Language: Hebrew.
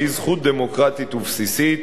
שהיא זכות דמוקרטית ובסיסית,